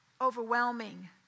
Overwhelming